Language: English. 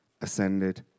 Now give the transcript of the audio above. ascended